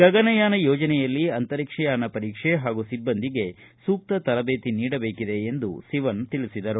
ಗಗನಯಾನ ಯೋಜನೆಯಲ್ಲಿ ಅಂತರೀಕ್ಷಯಾನ ಪರೀಕ್ಷೆ ಹಾಗೂ ಸಿಬ್ಬಂದಿಗೆ ಸೂಕ್ತ ತರಬೇತಿ ನೀಡಬೇಕಿದೆ ಎಂದು ಅವರು ತಿಳಿಸಿದರು